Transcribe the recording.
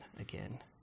again